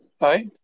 hi